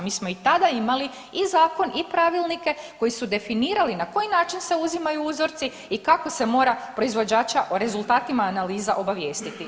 Mi smo i tada imali i zakon i pravilnike koji su definirali na koji način se uzimaju uzorci i kako se mora proizvođača o rezultatima analiza obavijestiti.